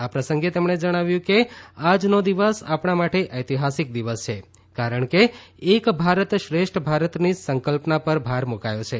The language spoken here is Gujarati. આ પ્રસંગે તેમણે જણાવ્યું કે આજનો દિવસ આપણા માટે ઐતિહાસીક દિવસ છે કારણ કે એક ભારત શ્રેષ્ઠ ભારતની સંકલ્પના પર ભાર મુકાયો છે